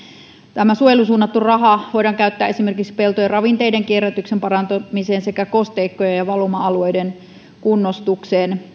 tämä suojeluun suunnattu raha voidaan käyttää esimerkiksi peltojen ravinteiden kierrätyksen parantamiseen sekä kosteikkojen ja valuma alueiden kunnostukseen